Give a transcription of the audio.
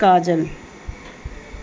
ਕਾਜਲ